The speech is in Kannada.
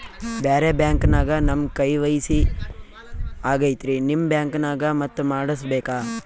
ಬ್ಯಾರೆ ಬ್ಯಾಂಕ ನ್ಯಾಗ ನಮ್ ಕೆ.ವೈ.ಸಿ ಆಗೈತ್ರಿ ನಿಮ್ ಬ್ಯಾಂಕನಾಗ ಮತ್ತ ಮಾಡಸ್ ಬೇಕ?